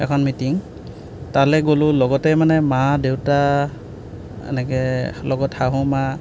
এখন মিটিং তালৈ গ'লো লগতে মানে মা দেউতা এনেকৈ লগত শাহু মা